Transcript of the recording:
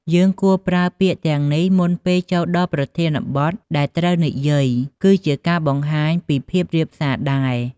យើងគួរប្រើពាក្យទាំងនេះមុនពេលចូលដល់ប្រធានបទដែលត្រូវនិយាយ ព្រោះវាជាការបង្ហាញពីភាពសុភាពរាបសារ។